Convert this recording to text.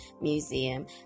museum